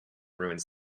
ruins